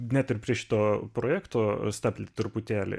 net ir prie šito projekto stabtelt truputėlį